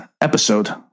episode